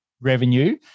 revenue